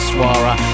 Suara